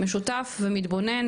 משותף ומתבונן